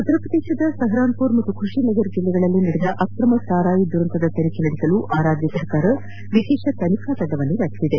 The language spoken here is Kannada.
ಉತ್ತರ ಪ್ರದೇಶದ ಸಹರಾನ್ಪುರ್ ಮತ್ತು ಖುಷಿನಗರ್ ಜಿಲ್ಲೆಗಳಲ್ಲಿ ನಡೆದ ಅಕ್ರಮ ಸಾರಾಯಿ ದುರಂತದ ತನಿಖೆ ನಡೆಸಲು ಆ ರಾಜ್ಲ ಸರ್ಕಾರ ವಿಶೇಷ ತನಿಖಾ ತಂಡವನ್ನು ರಚಿಸಿದೆ